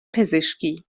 پزشکی